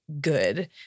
good